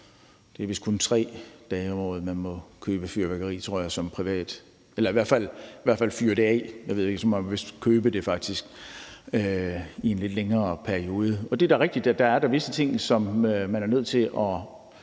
Det er vist kun 3 dage om året, man må købe fyrværkeri, tror jeg, som privatperson – eller i hvert fald fyre det af. Man må vist faktisk købe det i en lidt længere periode. Det er da rigtigt, at der er visse ting, som man er nødt til at